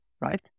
right